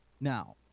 Now